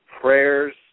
prayers